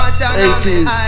80s